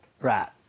Right